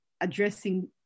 addressing